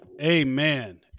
amen